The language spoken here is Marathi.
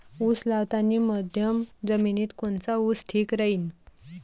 उस लावतानी मध्यम जमिनीत कोनचा ऊस ठीक राहीन?